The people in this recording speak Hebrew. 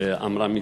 עמרם מצנע.